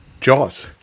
Jaws